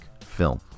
film